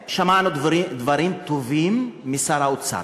ואי-אפשר לנהל דו-שיח עם הנואם.